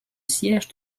siège